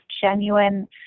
genuine